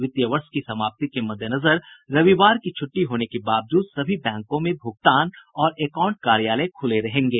वित्तीय वर्ष की समाप्ति के मद्देनजर रविवार की छुट्टी होने के बावजूद सभी बैंकों में भुगतान और एकाउंट कार्यालय खुले रहेंगे